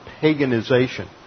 paganization